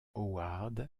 howard